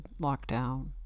lockdown